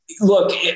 Look